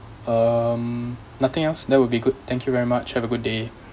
um nothing else that would be good thank you very much have a good day